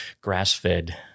grass-fed